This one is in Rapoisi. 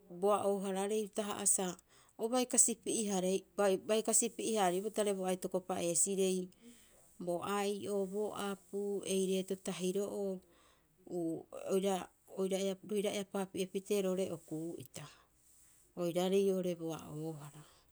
Boa'oo- haraarei utaha'a sa o bai kasipi'eharai, obai kasipi'e- haariopee tare bo aitoko pa'eesirei, bo ai'o, bo apuu, ei reeto tahiro'oo, uu oira, oira, roira eapaapi'e pitee roo'ore o kuu'ita, oiraarei oo'ore bo a'oohara.